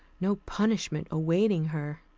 no punishment awaiting her.